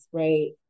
right